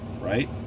right